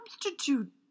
substitute